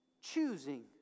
choosing